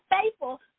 faithful